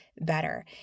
better